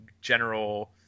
general